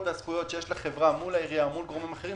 והזכויות שיש לחברה מול העירייה או מול גורמים אחרים,